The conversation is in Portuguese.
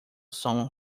som